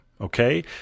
okay